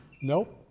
nope